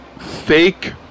fake